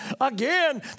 again